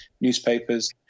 newspapers